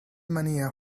mania